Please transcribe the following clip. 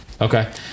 Okay